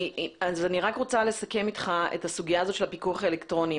אני רק רוצה לסכם אתך את הסוגיה הזאת של הפיקוח האלקטרוני.